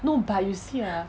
no but you see ah